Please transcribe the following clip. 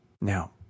now